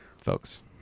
folks